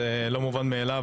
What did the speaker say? זה לא מובן מאליו,